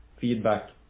feedback